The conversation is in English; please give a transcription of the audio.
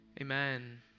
Amen